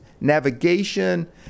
navigation